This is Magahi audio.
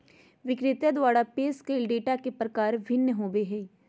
विक्रेता द्वारा पेश कइल डेटा के प्रकार भिन्न होबो हइ